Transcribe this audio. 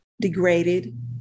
degraded